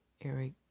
Eric